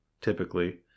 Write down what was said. typically